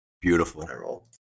Beautiful